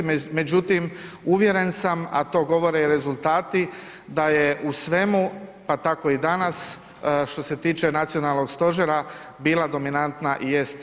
Međutim, uvjeren sam, a to govore i rezultati da je u svemu pa tako i danas što se tiče Nacionalnog stožera bila dominantna i jest struka.